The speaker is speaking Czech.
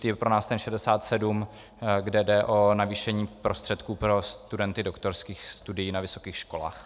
Důležitý je pro nás ten 67, kde jde o navýšení prostředků pro studenty doktorských studií na vysokých školách.